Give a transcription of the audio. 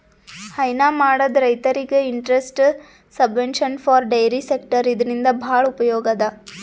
ಹೈನಾ ಮಾಡದ್ ರೈತರಿಗ್ interest subvention for dairy sector ಇದರಿಂದ್ ಭಾಳ್ ಉಪಯೋಗ್ ಅದಾ